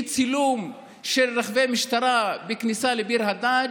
צילום של רכבי משטרה בכניסה לביר הדאג':